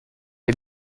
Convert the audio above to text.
est